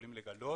יכולים לגלות.